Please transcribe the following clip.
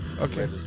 Okay